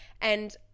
And-